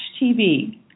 TV